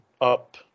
up